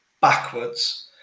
backwards